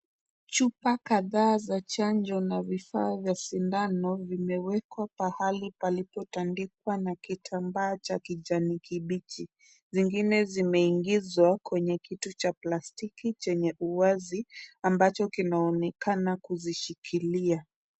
Chupa kadhaa za chanjo na vifaa vya sindano vimewekwa pahali palipotandikwa na kitambaa cha kijani kibichi. Zingine zimeingizwa kwenye kitu cha plastiki chenye uwazi ambacho kinaonekana kuzishikilia.